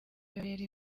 bibabera